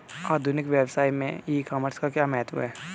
आधुनिक व्यवसाय में ई कॉमर्स का क्या महत्व है?